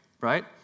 right